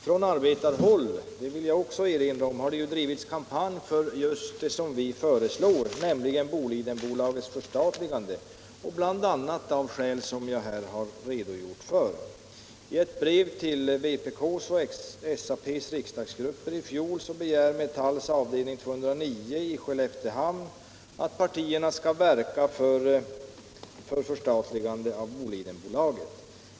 Från arbetarhåll — det vill jag också erinra om — har det drivits en kampanj för just det som vi föreslår, nämligen Bolidenbolagets förstat ligande, bl.a. av skäl som jag här har redogjort för. I ett brev till vpk:s och SAP:s riksdagsgrupper i fjol begärde Metalls avdelning 209 i Skelleftehamn att partierna skall verka för ett förstatligande av Bolidenbolaget.